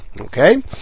Okay